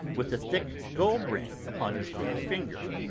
with a thick gold ring upon his little finger,